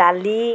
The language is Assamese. দালি